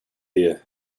ear